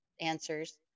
answers